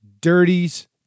Dirty's